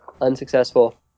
unsuccessful